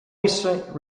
recent